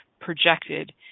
projected